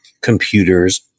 computers